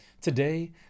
Today